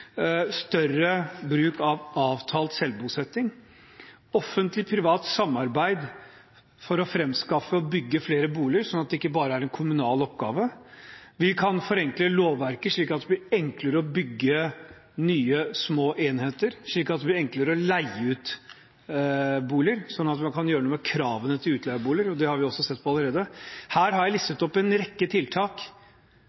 større bruk av avtalt selvbosetting og på offentlig–privat samarbeid for å framskaffe og bygge flere boliger, slik at det ikke bare er en kommunal oppgave. Vi kan forenkle lovverket, slik at det blir enklere å bygge nye, små enheter, slik at det blir enklere å leie ut boliger, slik at man kan gjøre noe med kravene til utleieboliger. Det har vi også sett på allerede. Her har jeg